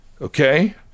okay